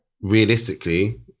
realistically